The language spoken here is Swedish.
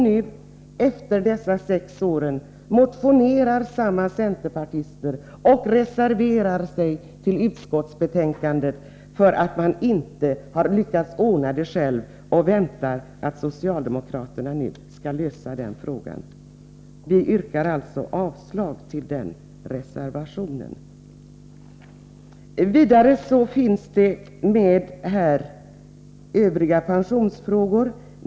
Nu — efter dessa sex år — motionerar samma centerpartister och reserverar sig till utskottsbetänkandet för att man inte har lyckats ordna detta själv och väntar att socialdemokraterna nu skall lösa frågan. Vi yrkar alltså avslag på den reservationen. Vidare har här tagits upp övriga pensionsfrågor.